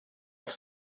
auf